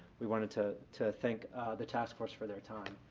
we wanted to to thank the task force for their time.